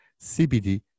CBD